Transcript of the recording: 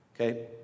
okay